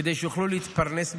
כדי שיוכלו להתפרנס בכבוד.